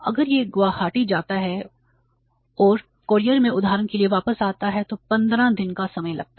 अगर यह गुवाहाटी जाता है और कूरियर में उदाहरण के लिए वापस आता है तो 15 दिन का समय लगता है